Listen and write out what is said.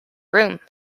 room